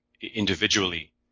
individually